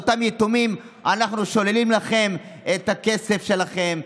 לאותם יתומים: אנחנו שוללים לכם את הכסף שלכם,